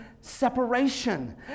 separation